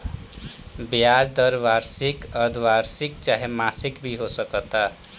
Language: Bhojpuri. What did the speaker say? ब्याज दर वार्षिक, अर्द्धवार्षिक चाहे मासिक भी हो सकता